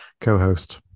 co-host